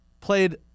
Played